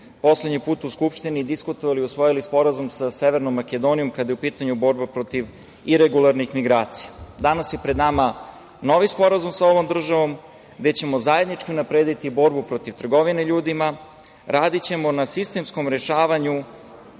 poslednji put u Skupštini diskutovali i usvojili Sporazum sa Severnom Makedonijom kada je u pitanju borba protiv iregularnih migracija. Danas je pred nama novi sporazum sa ovom državom, gde ćemo zajednički unaprediti borbu protiv trgovine ljudima, radićemo na sistemskom rešavanju